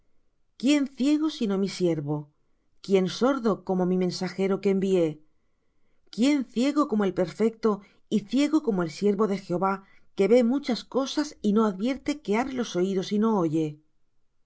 quién ciego sino mi siervo quién sordo como mi mensajero que envié quién ciego como el perfecto y ciego como el siervo de jehová que ve muchas cosas y no advierte que abre los oídos y no oye